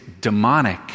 demonic